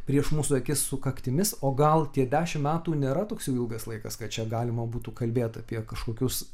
prieš mūsų akis sukaktimis o gal tie dešimt metų nėra toks jau ilgas laikas kad čia galima būtų kalbėt apie kažkokius